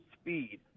speed